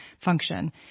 function